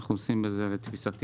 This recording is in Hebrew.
לתפיסתי,